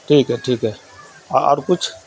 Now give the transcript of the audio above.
ٹھیک ہے ٹھیک ہے اور کچھ